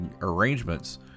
arrangements